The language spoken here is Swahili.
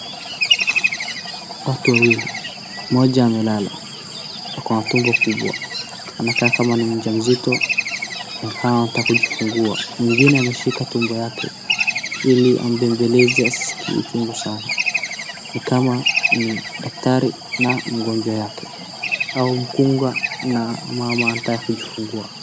Watu wawili, mmoja amelala, ako a tumbo kubwa, anakaa kama ni mja mzito, ni kama anataka kujifungua. Mwingine anashika tumbo yake ili ambembeleze asiskie uchungu sana. Ni kama ni daktari na mgonjwa yake au mkunga na mama anayetaka kujifungua.